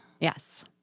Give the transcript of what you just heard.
Yes